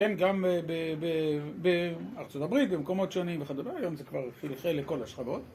כן, גם ב... ב... בארה״ב, במקומות שונים וכדומה... היום זה כבר חילחל לכל השכבות.